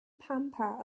pampa